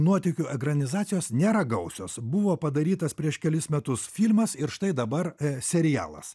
nuotykių ekranizacijos nėra gausios buvo padarytas prieš kelis metus firmas ir štai dabar serialas